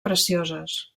precioses